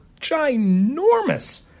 ginormous